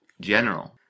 General